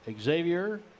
Xavier